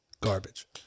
Garbage